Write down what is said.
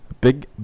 big